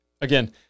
Again